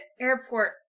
airport